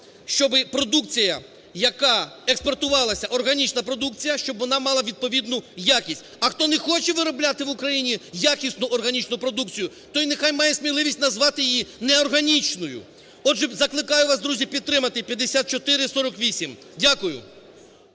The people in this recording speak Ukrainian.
щоб продукція, яка експортувалася, органічна продукція, щоб вона мала відповідну якість. А хто не хоче виробляти в Україні якісну органічну продукцію, той нехай має сміливість назвати її неорганічною. Отже, закликаю вас, друзі, підтримати 5448. Дякую.